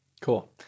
Cool